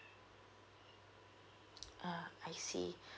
ah I see